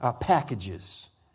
packages